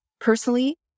Personally